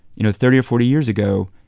you know, thirty or forty years ago,